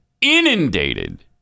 inundated